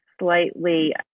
slightly